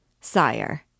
Sire